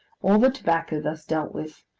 all the tobacco thus dealt with,